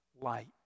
light